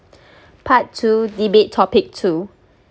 part two debate topic two